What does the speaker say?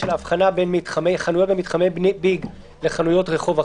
ההבחנה בין מתחמי ביג וחנויות רחוב אחרות.